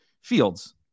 Fields